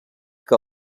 que